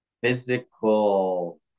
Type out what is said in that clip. Physical